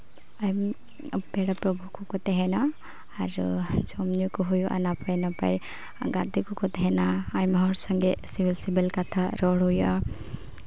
ᱯᱮᱲᱟ ᱯᱨᱚᱵᱷᱩ ᱠᱚᱠᱚ ᱛᱟᱦᱮᱱᱟ ᱟᱨ ᱡᱚᱢ ᱧᱩ ᱠᱚ ᱦᱩᱭᱩᱜᱼᱟ ᱱᱟᱯᱟᱭ ᱱᱟᱯᱟᱭ ᱟᱨ ᱜᱟᱛᱮ ᱠᱚᱠᱚ ᱛᱟᱦᱮᱱᱟ ᱟᱭᱢᱟ ᱦᱚᱲ ᱥᱟᱛᱮᱜ ᱥᱤᱵᱤᱞ ᱥᱤᱵᱤᱞ ᱠᱟᱛᱷᱟ ᱨᱚᱲ ᱦᱩᱭᱩᱜᱼᱟ